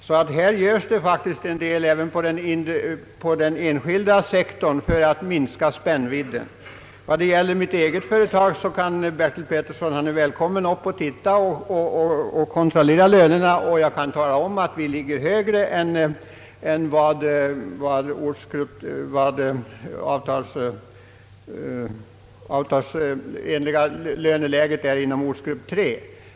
Det görs faktiskt en del även på den enskilda sektorn när det gäller att minska spännvidden. När det gäller mitt eget företag är herr Bertil Petersson välkommen upp att se och kan då konstatera att vi ligger högre än vad det avtalsenliga löneläget är inom ortsgrupp 3.